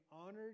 honored